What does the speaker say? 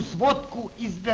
what is